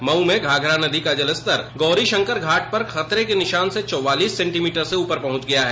मऊ में घाघरा नदी का जल स्तर गौरी शंकर घाट पर खतरे के निशान से चौवालिस सेन्टीमीटर से ऊपर पहुंच गया है